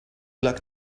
luck